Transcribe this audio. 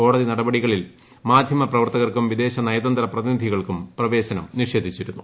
കോടതി നടപടികളിൽ മാധ്യമപ്രവർത്തകർക്കും വിദേശ നയതന്ത്ര പ്രതിനിധികൾക്കും പ്രവേശനം നിഷേധിച്ചിരുന്നു